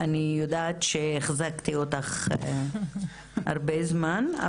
אני יודעת שהחזקתי אותך הרבה זמן,